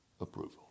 approval